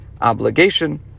obligation